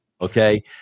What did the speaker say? okay